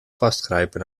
vastgrijpen